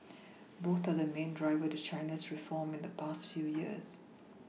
both are the main driver to China's reform in the past few years